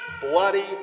bloody